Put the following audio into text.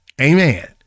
Amen